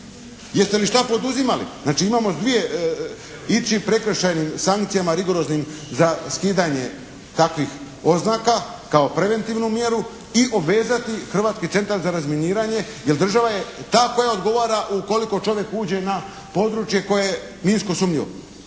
Jeste li šta poduzimali? Znači imamo dvije, ići prekršajnim sankcijama, rigoroznim za skidanje takvih oznaka kao preventivnu mjeru i obvezati Hrvatski centar za razminiranje, jer država je ta koja odgovara ukoliko čovjek uđe na područje koje je minsko sumnjivo.